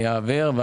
אני אשמח.